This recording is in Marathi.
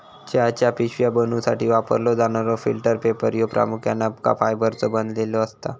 चहाच्या पिशव्या बनवूसाठी वापरलो जाणारो फिल्टर पेपर ह्यो प्रामुख्याने अबका फायबरचो बनलेलो असता